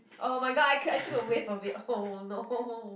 oh-my-god I I took a whiff of it oh no